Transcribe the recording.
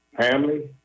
family